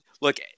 look